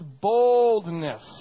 boldness